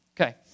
Okay